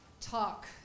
talk